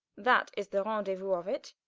that is the rendeuous of it